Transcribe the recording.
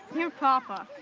your papa,